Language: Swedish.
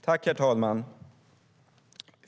Herr talman!